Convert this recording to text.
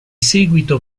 seguito